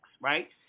right